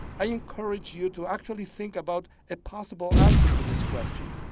i encourage you to actually think about a possible answer to this question.